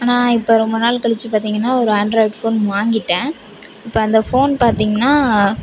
நான் இப்போ ரொம்ப நாள் கழித்து பார்த்திங்கனா ஒரு ஆண்ட்ராய்டு ஃபோன் வாங்கிவிட்டேன் இப்போ அந்த ஃபோனை பார்த்திங்கனா